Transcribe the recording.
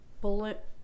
bullet